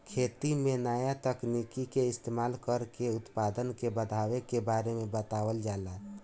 खेती में नया तकनीक के इस्तमाल कर के उत्पदान के बढ़ावे के बारे में बतावल जाता